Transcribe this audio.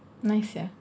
nice sia